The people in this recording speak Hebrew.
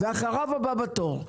ואחריו הבא בתור,